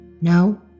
No